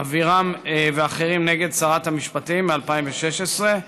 אבירם ואחרים נגד שרת המשפטים מ-2016,